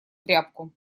тряпку